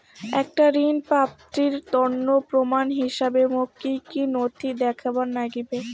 একটা ঋণ প্রাপ্তির তন্ন প্রমাণ হিসাবে মোক কী কী নথি দেখেবার নাগিবে?